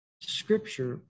scripture